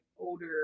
older